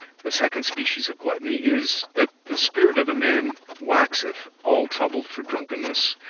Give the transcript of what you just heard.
the second species of gluttony is, that the spirit of a man waxeth all troubled for drunkenness,